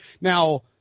Now